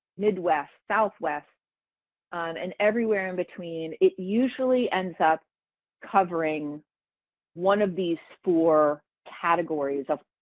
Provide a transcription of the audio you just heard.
midwest, southwest and everywhere in-between. it usually ends up covering one of these four categories of